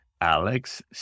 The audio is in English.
Alex